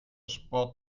sport